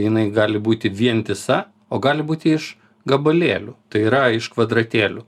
jinai gali būti vientisa o gali būti iš gabalėlių tai yra iš kvadratėlių